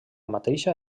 mateixa